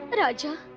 but raja,